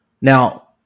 Now